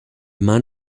man